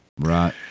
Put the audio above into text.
Right